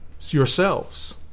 yourselves